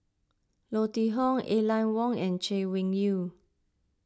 Leo Tee Hong Aline Wong and Chay Weng Yew